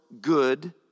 good